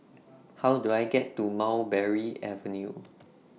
How Do I get to Mulberry Avenue